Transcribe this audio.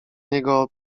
niego